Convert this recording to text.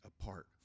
apart